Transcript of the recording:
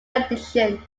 addiction